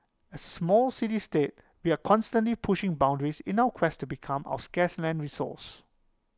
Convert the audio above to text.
small city state we are constantly pushing boundaries in our quest to become our scarce land resource